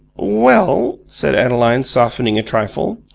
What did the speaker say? well, said adeline, softening a trifle,